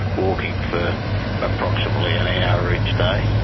walking for approximately an hour each day.